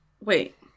Wait